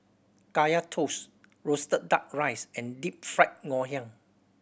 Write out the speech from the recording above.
Kaya Toast roasted Duck Rice and Deep Fried Ngoh Hiang